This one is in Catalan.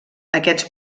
aquests